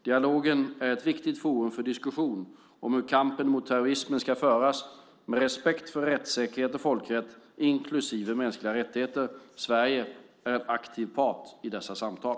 Dialogen är ett viktigt forum för diskussion om hur kampen mot terrorismen ska föras med respekt för rättssäkerhet och folkrätt, inklusive mänskliga rättigheter. Sverige är en aktiv part i dessa samtal.